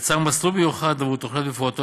יצר מסלול מיוחד עבור תוכניות מפורטות